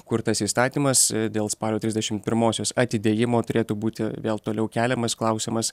kur tas įstatymas dėl spalio trisdešim pirmosios atidėjimo turėtų būti vėl toliau keliamas klausimas